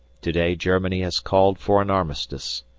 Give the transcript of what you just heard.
to-day germany has called for an armistice.